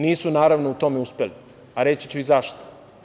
Nisu, naravno, u tome uspeli, a reći ću i zašto.